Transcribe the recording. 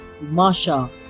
Masha